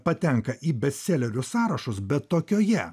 patenka į bestselerių sąrašus bet tokioje